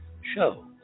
show